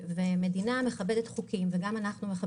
המדינה מכבדת חוקים וגם אנחנו,